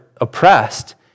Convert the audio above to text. oppressed